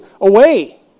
away